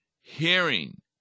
hearing